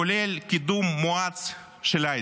כולל קידום מואץ של ההייטק.